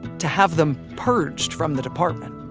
to have them purged from the department